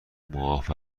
معاف